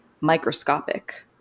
microscopic